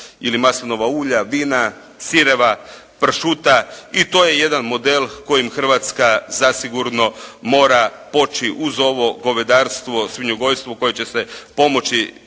ili maslinova ulja, vina sireva, pršuta i to je jedan model kojim Hrvatska zasigurno mora poći uz ovo govedarstvo, svinjogojstvo kojem će se pomoći